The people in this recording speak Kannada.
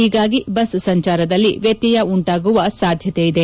ಹೀಗಾಗಿ ಬಸ್ ಸಂಚಾರದಲ್ಲಿ ವ್ಯತ್ಯಯ ಉಂಚಾಗುವ ಸಾಧ್ಯತೆ ಇದೆ